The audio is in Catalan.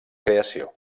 creació